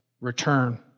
return